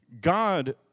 God